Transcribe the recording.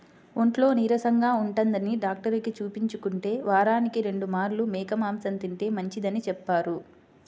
ఒంట్లో నీరసంగా ఉంటందని డాక్టరుకి చూపించుకుంటే, వారానికి రెండు మార్లు మేక మాంసం తింటే మంచిదని చెప్పారు